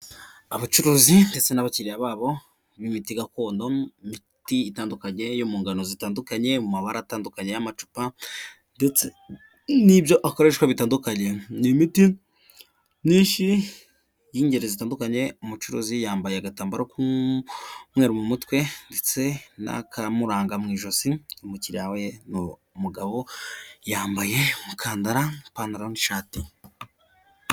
Abacuruzi ndetse n'abakiriya babo b'imiti gakondo miti itandukanye yo mu ngano zitandukanye mu mabara atandukanye y'amacupa n'ibyo akoreshwa bitandukanyeyinshi y'ingeri zitandukanye umucuruzi yambaye agatambaro k'umweruru mu mutwe ndetse n'akamuranga mu ijosi umukiriya we ni umugabo yambaye umukandara, ipantaro n'ishati.